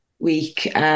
week